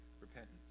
repentance